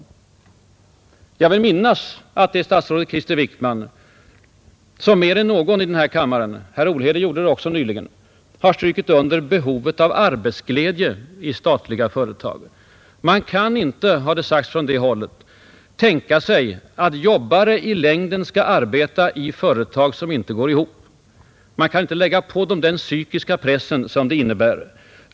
av försöken att vidga Jag vill minnas att det är statsrådet Wickman som mer än någon i den statliga företagdenna kammare — herr Olhede gjorde det också nyligen — har strukit samheten under behovet av arbetsglädje i statliga företag. Man kan inte, har det sagts från det hållet, tänka sig att arbetare i längden skall arbeta i företag som inte går ihop. Man kan inte lägga på dem den psykiska press som det innebär.